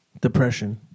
depression